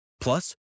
Plus